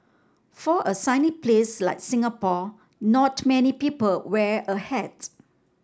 for a sunny place like Singapore not many people wear a hat